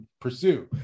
pursue